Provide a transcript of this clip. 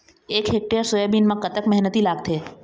एक hectare soybean म कतक मेहनती लागथे?